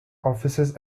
offices